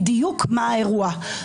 אומרים לחבר כנסת שהוא עבריין,